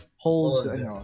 hold